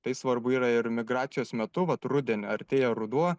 tai svarbu yra ir migracijos metu vat rudenį artėja ruduo